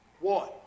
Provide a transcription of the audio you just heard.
One